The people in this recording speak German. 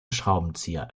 schraubenzieher